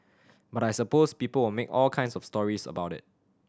but I suppose people will make all kinds of stories about it